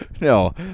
no